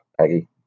Peggy